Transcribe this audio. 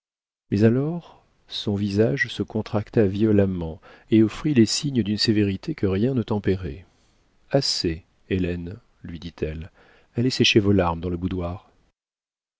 mais alors son visage se contracta violemment et offrit les signes d'une sévérité que rien ne tempérait assez hélène lui dit-elle allez sécher vos larmes dans le boudoir